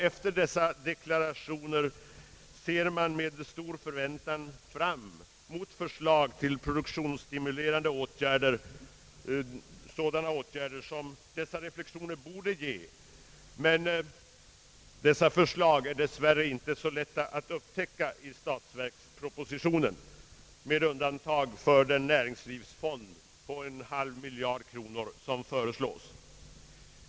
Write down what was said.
Efter dessa deklarationer ser man med stor förväntan fram emot förslag till sådana produktionsstimulerande åtgärder som dessa reflexioner borde ge anledning till. Men dylika förslag är dess värre inte så lätta att upptäcka i statsverkspropositionen med undantag för den näringslivsfond på en halv miljard som föreslås.